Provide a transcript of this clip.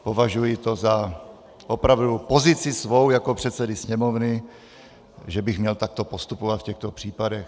Považuji to za opravdu pozici svou jako předsedy Sněmovny, že bych měl takto postupovat v těchto případech.